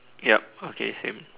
yup okay same